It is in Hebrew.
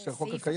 יש את החוק הקיים.